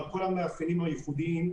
על כל המאפיינים הייחודיים,